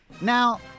Now